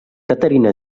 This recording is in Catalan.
caterina